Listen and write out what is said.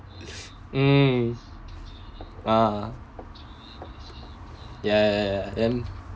mm ah ya ya ya ya then